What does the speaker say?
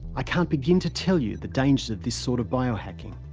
i can't begin to tell you the dangers of this sort of biohacking.